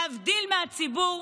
להבדיל מהציבור,